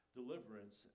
deliverance